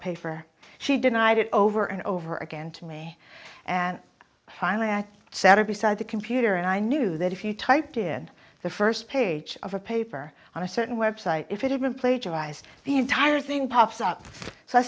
for she denied it over and over again to me and finally i sat up beside the computer and i knew that if you typed in the first page of a paper on a certain website if it had been plagiarized the entire thing pops up so i